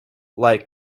like